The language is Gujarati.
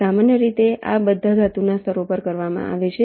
સામાન્ય રીતે આ બધા ધાતુના સ્તરો પર કરવામાં આવે છે